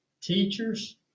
teachers